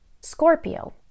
Scorpio